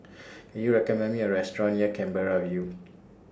Can YOU recommend Me A Restaurant near Canberra View